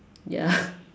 ya